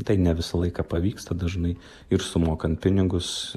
tai ne visą laiką pavyksta dažnai ir sumokant pinigus